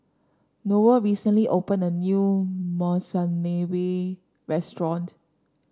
Roel recently opened a new Monsunabe restaurant